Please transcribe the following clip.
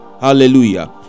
hallelujah